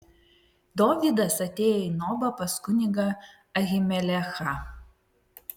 dovydas atėjo į nobą pas kunigą ahimelechą